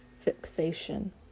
fixation